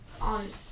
on